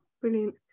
brilliant